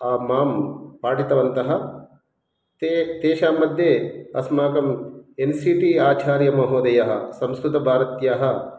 आ मां पाठितवन्तः ते तेषां मध्ये अस्माकं एन् सि टि आचार्यमहोदयः संस्कृतभारत्याः